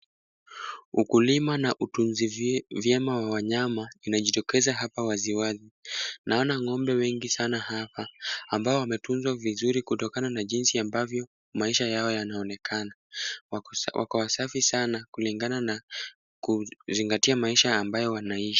Ukulima na utunzi vyema wa nyama unajitokeza hapa waziwazi. Naona ng'ombe wengi sana hapa, ambao wametundwa vizuri kutokana na jinsi ambavyo maisha yao yanaonekana. Wako wasafi sana, kulingana na kuzingatia maisha ambayo wanaishi.